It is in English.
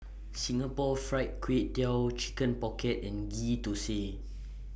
Singapore Fried Kway Tiao Chicken Pocket and Ghee Thosai